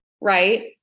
right